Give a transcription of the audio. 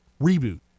reboot